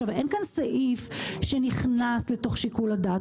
עכשיו, אין כאן סעיף שנכנס לתוך שיקול הדעת.